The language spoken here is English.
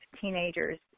teenagers